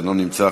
אינו נמצא,